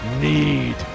Need